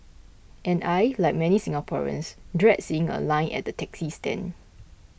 and I like many Singaporeans dread seeing a line at the taxi stand